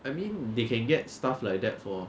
I mean they can get stuff like that for